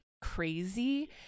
Crazy